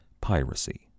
piracy